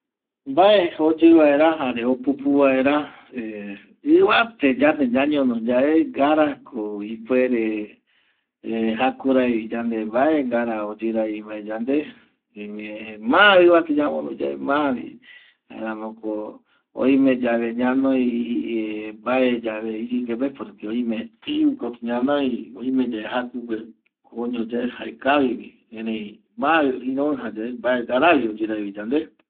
Mbae oyƚvaera jare opupu vaera ƚvate yande ñañono yae ngarako ipuere jakuraivi yande mbae ngara oyƚraivi mbae yande, ma ƚivate yamondo yae mavi jaeramoko oime yave ñanoi mbae yave iyƚkepe porque oime yave ivƚ kotƚ ñanoi oime yave jakugue koño yae jaekavivi erei ma iroƚja yae mbae ngaravi oyƚraivi yande